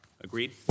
Agreed